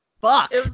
Fuck